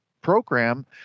program